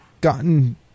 gotten